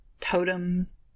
totems